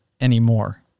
anymore